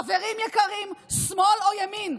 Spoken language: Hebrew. חברים יקרים, שמאל או ימין,